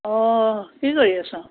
অঁ কি কৰি আছ